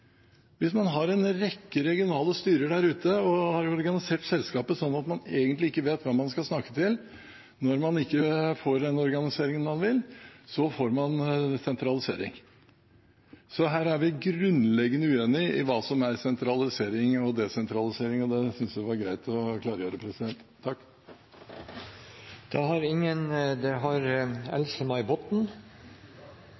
Hvis man har en rekke regionale styrer der ute og har organisert selskapet slik at man egentlig ikke vet hvem man skal snakke til når man ikke får den organiseringen man vil, får man sentralisering. Så her er vi grunnleggende uenige om hva som er sentralisering og desentralisering, og det syntes jeg det var greit å klargjøre.